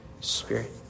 Spirit